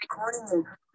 Recording